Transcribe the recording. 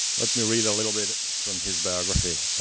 let me read a little bit from his biography.